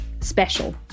special